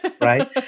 right